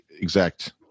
exact